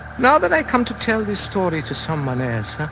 now that i come to tell this story to someone else